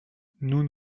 nous